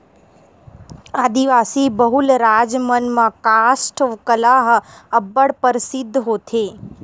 आदिवासी बहुल राज मन म कास्ठ कला ह अब्बड़ परसिद्ध होथे